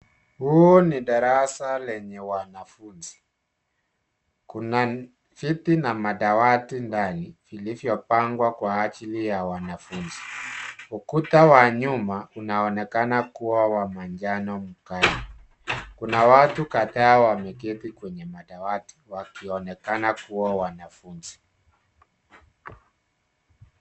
Huu ni darasa lenye wanafunzi. Kuna viti na madawati ndani vilivyopangwa kwa ajili ya wanafunzi. Ukuta wa nyuma, unaonekana kuwa wa manjano mkali. Kuna watu kadhaa wameketi kwenye madawati wakionekana kuwa wanafunzi.